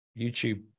YouTube